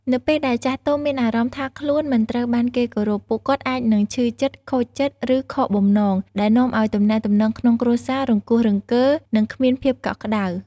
នៅពេលដែលចាស់ទុំមានអារម្មណ៍ថាខ្លួនមិនត្រូវបានគេគោរព ពួកគាត់អាចនឹងឈឺចិត្ត ខូចចិត្ត ឬខកបំណង ដែលនាំឲ្យទំនាក់ទំនងក្នុងគ្រួសាររង្គោះរង្គើ និងគ្មានភាពកក់ក្ដៅ។